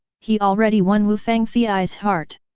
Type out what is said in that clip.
he already won wu fangfei's heart!